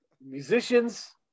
Musicians